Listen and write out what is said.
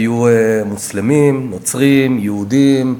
היו מוסלמים, נוצרים, יהודים,